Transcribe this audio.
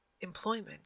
employment